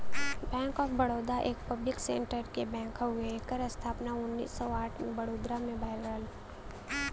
bank of Baroda एक public sector क bank हउवे एकर स्थापना उन्नीस सौ आठ में बड़ोदरा में भयल रहल